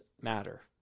matter